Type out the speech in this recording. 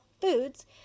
foods